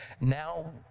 now